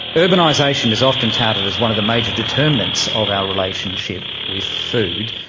urbanisation is often touted as one of the major determinants of our relationship with food.